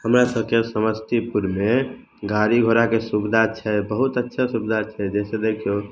हमरा सबके समस्तीपुरमे गाड़ी घोड़ाके सुबिधा छै बहुत अच्छा सुबिधा छै जैसे देखियौ